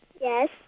Yes